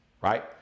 right